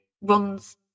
runs